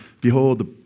Behold